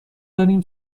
داریم